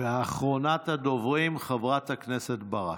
ואחרונת הדוברים, חברת הכנסת ברק.